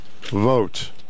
vote